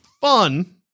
fun